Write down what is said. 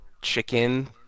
chicken